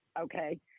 Okay